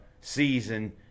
season